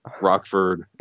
Rockford